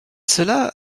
cela